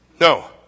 No